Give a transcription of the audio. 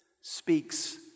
speaks